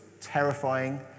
terrifying